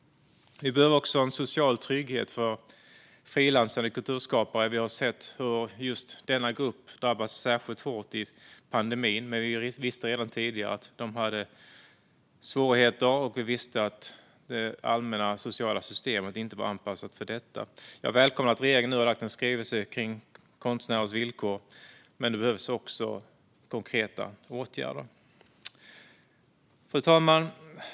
Vi behöver också en social trygghet för frilansande kulturskapare. Vi har sett hur just denna grupp drabbats särskilt hårt i pandemin, men vi visste redan tidigare att de har svårigheter. Vi har också vetat att det allmänna sociala systemet inte har varit anpassat för detta. Jag välkomnar att regeringen har lagt fram en skrivelse om konstnärers villkor, men det behövs också konkreta åtgärder. Fru talman!